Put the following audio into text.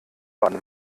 baden